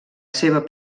seva